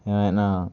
ఏమైనా